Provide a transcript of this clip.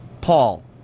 Paul